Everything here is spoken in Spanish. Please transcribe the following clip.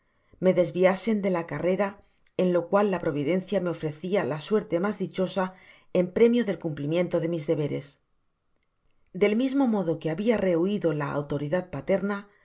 me desviasen de la carrera en lo cual la providencia me ofrecía la suerte mas dichosa en premio del cumplimiento de mis deberes del mismo modo que habia rehuido la autoridad paterna